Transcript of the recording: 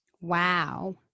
Wow